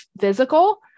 physical